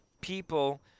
people